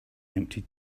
empty